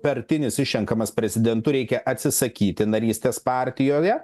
pertinis išrenkamas prezidentu reikia atsisakyti narystės partijoje